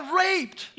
raped